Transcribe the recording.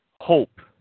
hope